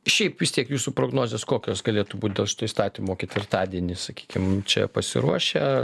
šiaip vis tiek jūsų prognozės kokios galėtų būt dėl šito įstatymo ketvirtadienį sakykim čia pasiruošę